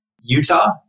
Utah